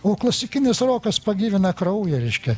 o klasikinis rokas pagyvina kraują reiškia